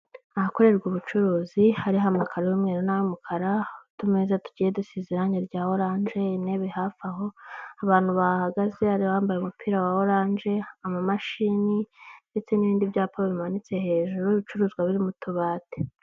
Ahakorerwa ubucuruzi hari ha amaka y'umwe ndetse n'umukara, utumeza tugiye dusize irangi rya oranje, intebe hafi aho, abantu bahagaze hari bambaye umupira wa oranje, amamashini ndetse n'ibindi byapa bimanitse hejuru y'ibicuruzwa biri mu tubati.